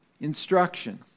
instruction